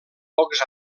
pocs